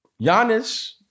Giannis